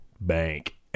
bank